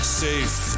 safe